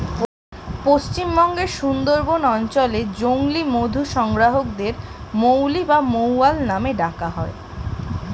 পশ্চিমবঙ্গের সুন্দরবন অঞ্চলে জংলী মধু সংগ্রাহকদের মৌলি বা মৌয়াল নামে ডাকা হয়